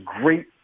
great